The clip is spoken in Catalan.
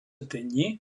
tenyir